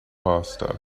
passed